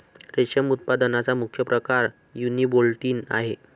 रेशम उत्पादनाचा मुख्य प्रकार युनिबोल्टिन आहे